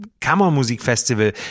Kammermusikfestival